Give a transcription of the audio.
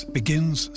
begins